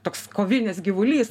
toks kovinis gyvulys